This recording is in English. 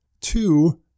Two